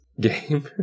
game